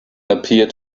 appeared